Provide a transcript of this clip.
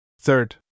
Third